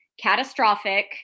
catastrophic